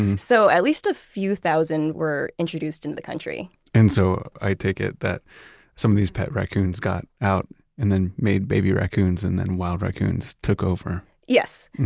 so at least a few thousand were introduced into the country and so i take it that some of these pet raccoons got out and then made baby raccoons and then wild raccoons took over yes.